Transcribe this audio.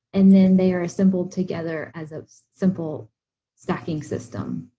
and then they are assembled together as a simple stacking system.